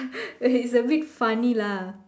okay is a bit funny lah